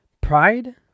Pride